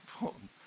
important